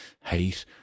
hate